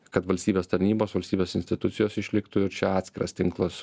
kad valstybės tarnybos valstybės institucijos išliktų jau čia atskiras tinklas